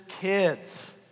kids